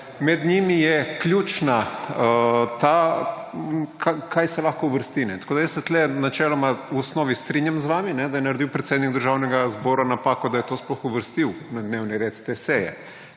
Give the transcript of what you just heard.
Med njimi je ključna ta, kaj se lahko uvrsti, tako da jaz se tu načeloma v osnovi strinjam z vami, da je naredil predsednik Državnega zbora napako, da je to sploh uvrstil na dnevni red te seje,